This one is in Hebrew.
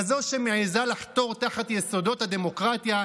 כזאת שמעיזה לחתור תחת יסודות הדמוקרטיה,